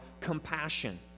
compassion